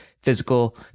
physical